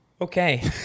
Okay